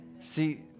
See